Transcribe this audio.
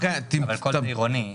שם זה רבעוני.